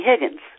Higgins